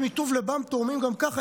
שמטוב ליבם תורמים גם כך,